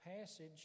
passage